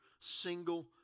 single